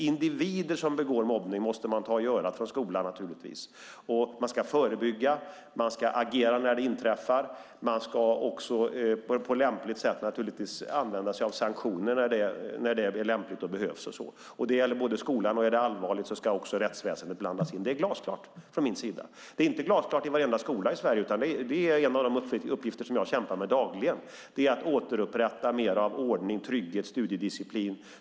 Individer som utför mobbning måste man naturligtvis ta i örat från skolans sida. Man ska förebygga, agera när det inträffar och givetvis även använda sig av sanktioner när det är lämpligt och behövs. Det gäller skolan, och om det är allvarligt ska också rättsväsendet blandas in. Detta är glasklart från min sida. Det är dock inte glasklart i varenda skola i Sverige, och en av de uppgifter som jag dagligen kämpar med är att återupprätta mer av ordning, trygghet, studiedisciplin.